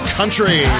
country